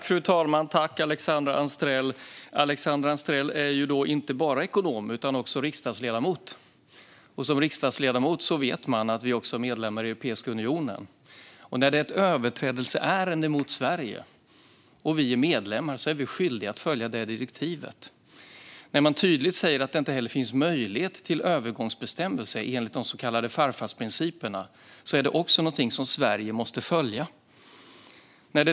Fru talman! Jag tackar Alexandra Anstrell för detta. Hon är inte bara ekonom utan också riksdagsledamot. Och som riksdagsledamot vet man att vi också är medlemmar i Europeiska unionen. När det handlar om ett överträdelseärende mot Sverige när vi är medlemmar är vi skyldiga att följa detta direktiv. När man tydligt säger att det inte heller finns möjligheter till övergångsbestämmelser enligt de så kallade farfarsprinciperna är det också någonting som Sverige måste följa.